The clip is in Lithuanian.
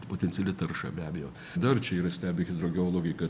potenciali tarša be abejo dar čia yra stebi hidrogeologai kad